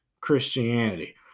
Christianity